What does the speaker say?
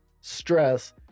stress